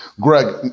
Greg